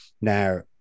now